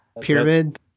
Pyramid